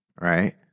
right